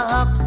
up